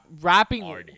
rapping